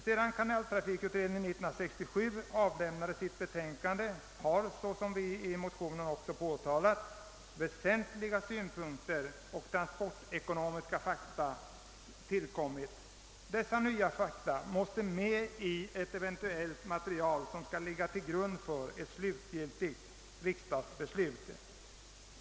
Sedan kanaltrafikutredningen 1967 avlämnade sitt betänkande har — som vi i motionen påtalat — väsentliga synpunkter och transportekonomiska fakta framkommit. Dessa nya fakta måste fin nas med i ett eventuellt material, som skall ligga till grund för ett slutgiltigt riksdagsbeslut.